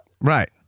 Right